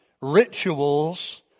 rituals